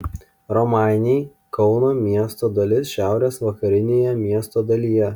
romainiai kauno miesto dalis šiaurės vakarinėje miesto dalyje